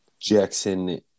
Jackson